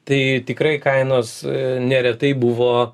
tai tikrai kainos neretai buvo